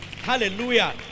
Hallelujah